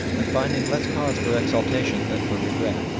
and finding less cause for exultation than for regret,